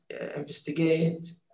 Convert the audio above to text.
investigate